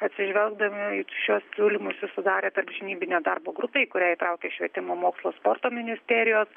atsižvelgdami į šiuos siūlymus susidarė tarpžinybinė darbo grupė į kurią įtraukė švietimo mokslo sporto ministerijos